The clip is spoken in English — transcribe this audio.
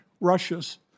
Russia's